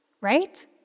right